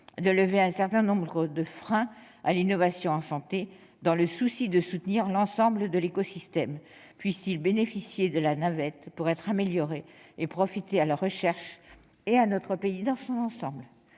de lever un certain nombre de freins à l'innovation en santé, dans le souci de soutenir l'ensemble de l'écosystème. Puisse-t-il bénéficier de la navette pour être amélioré et profiter à la recherche et à notre pays dans son ensemble !